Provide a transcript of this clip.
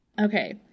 Okay